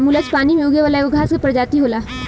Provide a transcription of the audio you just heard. मुलच पानी में उगे वाला एगो घास के प्रजाति होला